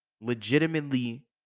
legitimately